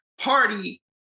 party